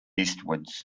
eastwards